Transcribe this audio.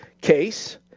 Case